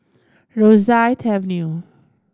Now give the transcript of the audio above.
Rosyth Avenue